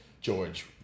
George